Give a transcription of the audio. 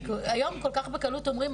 היום כל כך בקלות אומרים,